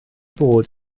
bod